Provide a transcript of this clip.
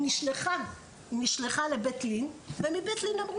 היא נשלחה לבית לין ומבית לין אמרו,